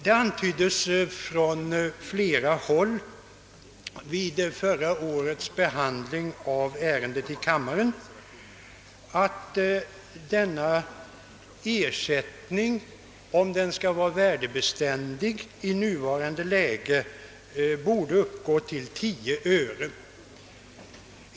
Det antyddes från flera håll i kammaren vid förra årets behandling av ärendet, att denna ersättning för att vara värdebeständig i nuvarande läge borde uppgå till 10 öre.